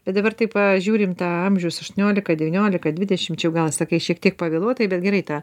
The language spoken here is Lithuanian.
bet dabar taip žiūrint tą amžius aštuoniolika devyniolika dvidešimt čia jau gal sakai šiek tiek pavėluotai bet gerai ta